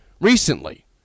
recently